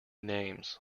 names